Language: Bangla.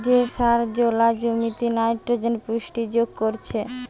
যে সার জোলা জমিতে নাইট্রোজেনের পুষ্টি যোগ করছে